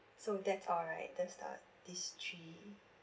so that's all right just the these three